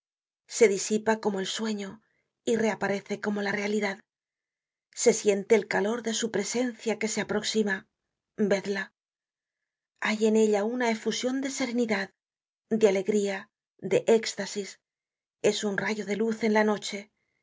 se disipa como el sueño y reaparece como la realidad se siente el calor de su presencia que se aproxima vedla hay en ella una efusion de serenidad de alegría de éxtasis es un rayo de luz en la noche